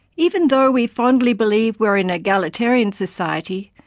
even though we fondly believe we are an egalitarian society,